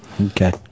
Okay